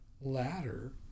ladder